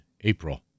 April